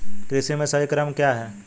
कृषि में सही क्रम क्या है?